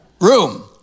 room